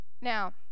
Now